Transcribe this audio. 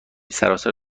سراسر